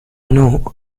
know